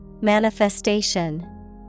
Manifestation